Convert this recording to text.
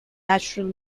natural